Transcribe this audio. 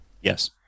Yes